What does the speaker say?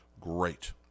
great